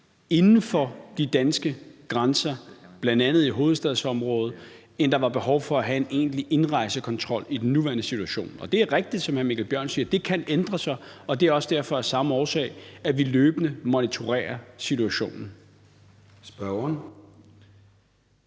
inden for de danske grænser, bl.a. i hovedstadsområdet, end der var behov for at have en egentlig indrejsekontrol i den nuværende situation. Og det er rigtigt, som hr. Mikkel Bjørn siger, at det kan ændre sig, og det er også derfor og af samme årsag, at vi løbende monitorerer situationen.